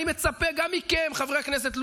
אני מצפה גם מכם, חברי הכנסת.